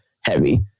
heavy